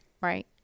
right